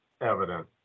evidence